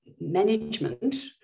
management